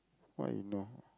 what you know